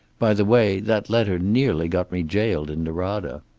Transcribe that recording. by the way, that letter nearly got me jailed in norada.